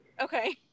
Okay